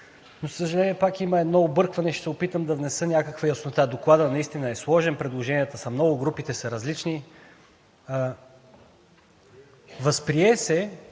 за съжаление, пак има едно объркване. Ще се опитам да внеса някаква яснота. Докладът наистина е сложен, предложенията са много, групите са различни. Възприе се